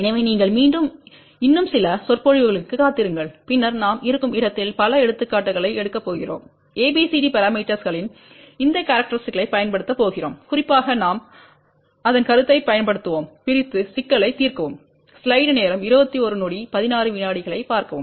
எனவே நீங்கள் வேண்டும் இன்னும் சில சொற்பொழிவுகளுக்கு காத்திருங்கள் பின்னர் நாம் இருக்கும் இடத்தில் பல எடுத்துக்காட்டுகளை எடுக்கப் போகிறோம் ABCD பரமீட்டர்ஸ்ளின் இந்த கேரக்டரிஸ்டிக்களைப் பயன்படுத்தப் போகிறோம் குறிப்பாக நாம் அதன் கருத்தைப் பயன்படுத்துவோம் பிரித்து சிக்கலை தீர்க்கவும்